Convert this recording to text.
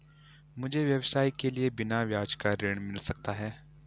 मुझे व्यवसाय के लिए बिना ब्याज का ऋण मिल सकता है?